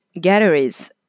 galleries